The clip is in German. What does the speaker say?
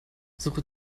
suche